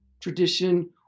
tradition